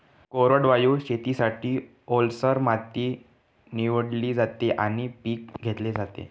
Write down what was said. कोरडवाहू शेतीसाठी, ओलसर माती निवडली जाते आणि पीक घेतले जाते